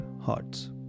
hearts